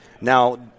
Now